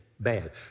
bad